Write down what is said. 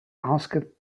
asked